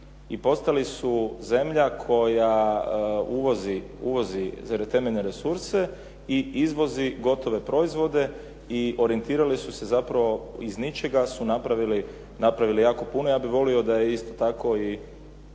postali su zemlja koja uvozi te temeljne resurse i izvozi gotove proizvode i orijentirali su se zapravo iz ničega su napravili jako puno. Ja bih volio da je isto tako